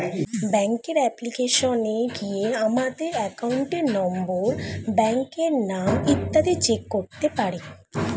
ব্যাঙ্কের অ্যাপ্লিকেশনে গিয়ে আমাদের অ্যাকাউন্ট নম্বর, ব্রাঞ্চের নাম ইত্যাদি চেক করতে পারি